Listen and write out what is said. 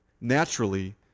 naturally